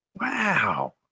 Wow